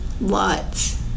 lots